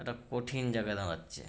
একটা কঠিন জায়গায় দাঁড়াচ্ছে